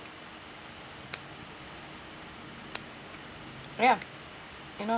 ya you know